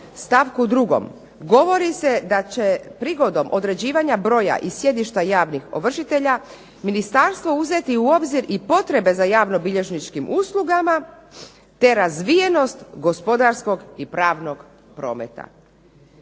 stavku 2., govori se da će prigodom određivanja broja i sjedišta javnih ovršitelja ministarstvo uzeti u obzir i potrebe za javnobilježničkim uslugama te razvijenost gospodarskog i pravnog prometa.